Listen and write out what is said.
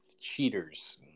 cheaters